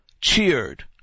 cheered